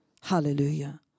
hallelujah